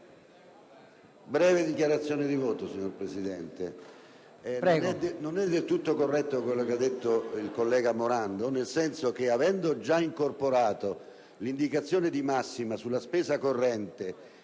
BALDASSARRI *(PdL)*. Signor Presidente, non è del tutto corretto quello che ha detto il collega Morando, nel senso che avendo già incorporato l'indicazione di massima sulla spesa corrente